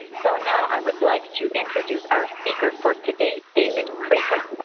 so now i would like to introduce our speaker for today david kraiker.